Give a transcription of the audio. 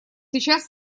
сейчас